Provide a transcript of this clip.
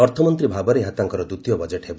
ଅର୍ଥମନ୍ତ୍ରୀ ଭାବରେ ଏହା ତାଙ୍କର ଦ୍ୱିତୀୟ ବଜେଟ୍ ହେବ